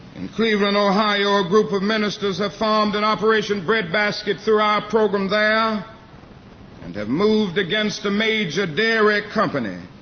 in cleveland, ohio, a group of ministers ah formed an and operation breadbasket through our program there and have moved against a major dairy company.